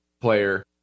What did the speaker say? player